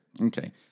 Okay